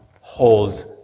holds